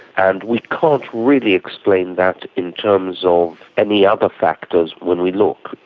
and we can't really explain that in terms of any other factors when we look.